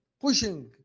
pushing